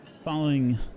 Following